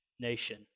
nation